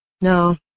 No